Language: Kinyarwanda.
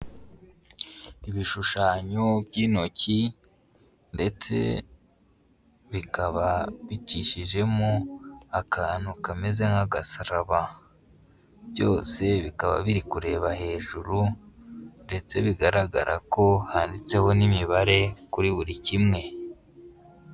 Ibishushanyo by'intoki ndetse bikaba bicishijemo akantu kameze nk'agasaraba byose bikaba biri kureba hejuru ndetse bigaragara ko handitseho n'imibare kuri buri kimwe.